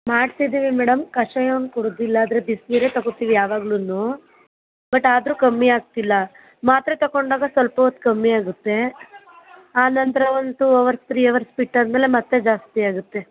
ಮಾಡ್ತಿದ್ದೀವಿ ಮೇಡಮ್ ಕಷಾಯ ಒಂದು ಕುಡಿದಿಲ್ಲ ಆದರೆ ಬಿಸಿನೀರೆ ತಗೊಳ್ತೀವಿ ಯಾವಾಗಲೂನು ಬಟ್ ಆದರೂ ಕಮ್ಮಿ ಆಗ್ತಿಲ್ಲ ಮಾತ್ರೆ ತಗೊಂಡಾಗ ಸ್ವಲ್ಪ ಹೊತ್ತು ಕಮ್ಮಿಯಾಗುತ್ತೆ ಆ ನಂತರ one two hours three hours ಬಿಟ್ಟಾದಮೇಲೆ ಮತ್ತೆ ಜಾಸ್ತಿಯಾಗುತ್ತೆ